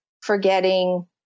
forgetting